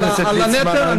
חבר הכנסת ליצמן,